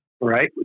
Right